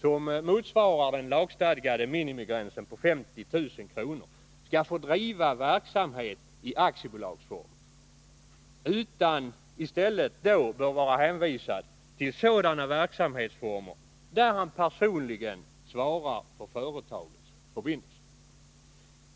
som motsvarar den lagstadgade minimigränsen på 50 000 kr. skall få driva verksamhet i aktiebolagsform. Han bör i stället vara hänvisad till sådana verksamhetsformer där han personligen svarar för företagets förbindelser.